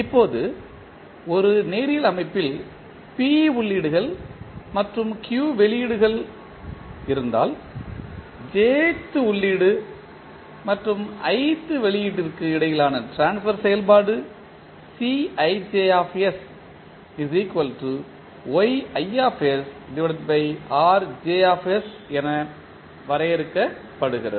இப்போது ஒரு நேரியல் அமைப்பில் p உள்ளீடுகள் மற்றும் q வெளியீடுகள் இருந்தால் jth உள்ளீடு மற்றும் ith வெளியீட்டிற்கு இடையிலான ட்ரான்ஸ்பர் செயல்பாடு என வரையறுக்கப்படுகிறது